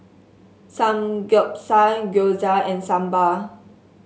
Samgeyopsal Gyoza and Sambar